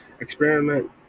experiment